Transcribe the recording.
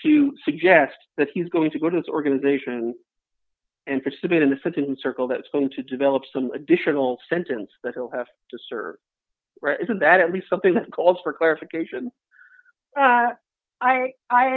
to suggest that he's going to go to this organization interested in the citizen circle that's going to develop some additional sentence that he'll have to serve so that at least something that calls for clarification that i i